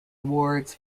awards